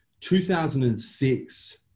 2006